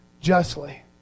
justly